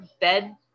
bed